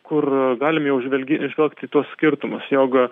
kur galim jau žvelgi žvelgt į tuos skirtumus jog